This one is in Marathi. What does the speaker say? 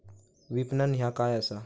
विपणन ह्या काय असा?